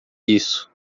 isso